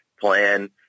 plan